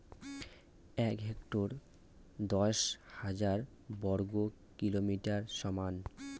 এক হেক্টর দশ হাজার বর্গমিটারের সমান